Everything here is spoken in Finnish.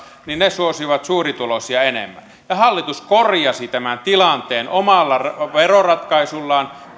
suosivat suurituloisia enemmän ja hallitus korjasi tämän tilanteen omalla veroratkaisullaan